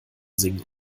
singen